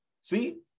See